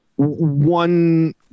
One